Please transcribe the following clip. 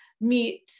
meet